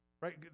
right